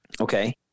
Okay